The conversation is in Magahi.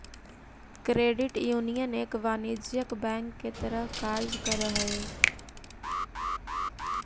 क्रेडिट यूनियन एक वाणिज्यिक बैंक के तरह कार्य करऽ हइ